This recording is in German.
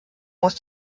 muss